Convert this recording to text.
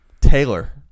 Taylor